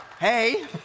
hey